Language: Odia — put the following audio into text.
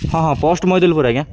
ହଁ ହଁ ପୋଷ୍ଟ ମୈଦଲପୁର ଆଜ୍ଞା